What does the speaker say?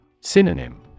Synonym